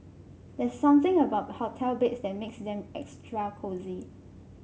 there's something about hotel beds that makes them extra cosy